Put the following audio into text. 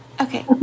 Okay